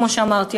כמו שאמרתי,